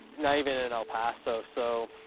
not even in el paso. so